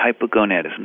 hypogonadism